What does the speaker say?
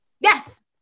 Yes